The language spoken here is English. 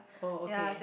oh okay